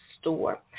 Store